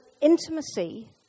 intimacy